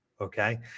okay